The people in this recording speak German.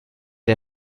der